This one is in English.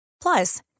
Plus